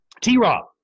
T-Rob